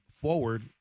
forward